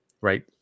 right